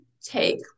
take